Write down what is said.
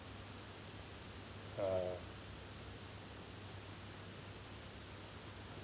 uh